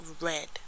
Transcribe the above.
red